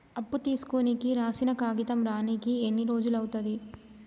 అప్పు తీసుకోనికి రాసిన కాగితం రానీకి ఎన్ని రోజులు అవుతది?